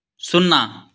సున్నా